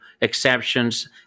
exceptions